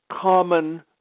common